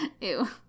Ew